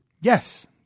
Yes